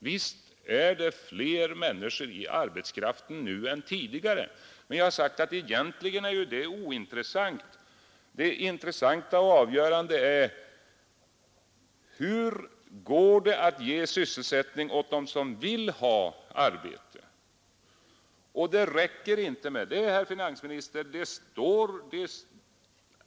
Visst är det fler människor ute i arbetslivet nu än tidigare, men egentligen är det ointressant. Det intressanta och avgörande är: Hur skall vi kunna ge sysselsättning åt alla dem som vill ha arbete?